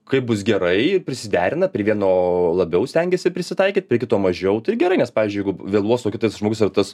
kaip bus gerai ir prisiderina prie vieno labiau stengiasi prisitaikyt prie kito mažiau tai gerai nes pavyzdžiui jeigu vėluos o kitas žmogus yra tas